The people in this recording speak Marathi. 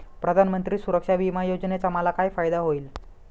प्रधानमंत्री सुरक्षा विमा योजनेचा मला काय फायदा होईल?